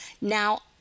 Now